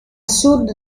sud